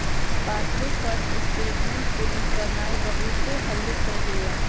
passbook पर statement print करानाइ बहुते हल्लुक प्रक्रिया हइ